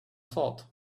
thought